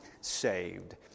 saved